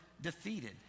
defeated